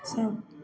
सब